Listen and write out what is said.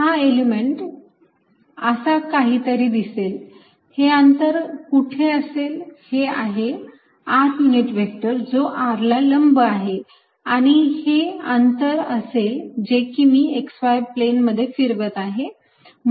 हा एलिमेंट असा काहीतरी दिसेल हे अंतर कुठे असेल हे आहे r युनिट व्हेक्टर जो r ला लंब आणि हे अंतर असेल जे की मी x y प्लेनमध्ये फिरवत आहे